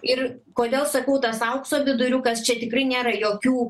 ir kodėl sakau tas aukso viduriukas čia tikrai nėra jokių